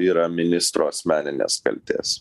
yra ministro asmeninės kaltės